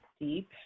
deep